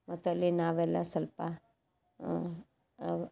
ಮತ್ತು ಅಲ್ಲಿ ನಾವೆಲ್ಲ ಸ್ವಲ್ಪ